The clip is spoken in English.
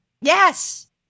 Yes